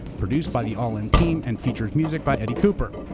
produced by the all in team, and features music by eddie cooper.